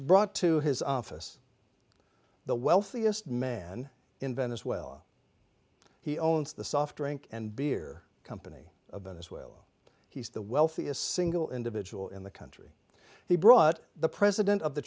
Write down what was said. brought to his office the wealthiest man in venezuela he owns the soft drink and beer company of venezuela he's the wealthiest single individual in the country he brought the president of the